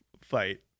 fight